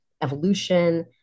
evolution